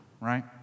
right